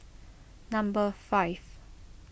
number five